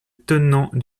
tenant